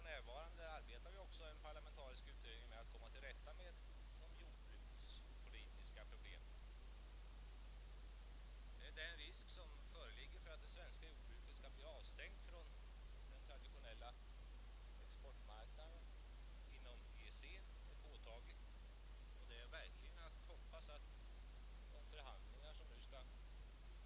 Nu vet vi att regeringen senare i vår kommer att lägga fram ett förslag för riksdagen om att man skall ta i anspråk AP-medel för att gå ut och köpa upp aktier på den svenska aktiemarknaden.